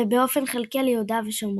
ובאופן חלקי על יהודה ושומרון.